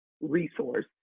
resource